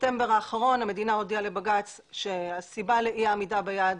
בספטמבר האחרון המדינה הודיעה לבג"ץ שהסיבה לאי העמידה ביעד